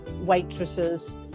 waitresses